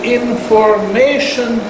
information